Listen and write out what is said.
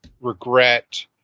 regret